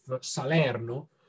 Salerno